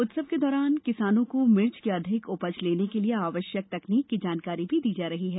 उत्सव के दौरान किसानों को मिर्च की अधिक उपज लेने के लिए आवश्यक तकनीक की जानकारी भी दी जा रही है